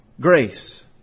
grace